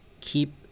keep